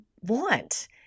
want